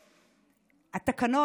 התקנון,